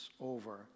over